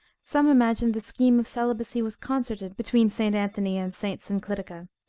some imagine the scheme of celibacy was concerted between st. anthony and st. synclitica,